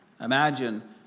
Imagine